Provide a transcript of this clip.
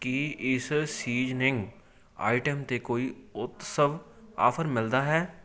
ਕੀ ਇਸ seasoning item 'ਤੇ ਕੋਈ ਉਤਸਵ ਆਫ਼ਰ ਮਿਲਦਾ ਹੈ